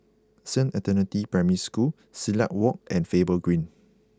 Saint Anthony's Primary School Silat Walk and Faber Green